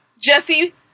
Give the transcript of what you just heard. Jesse